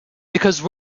because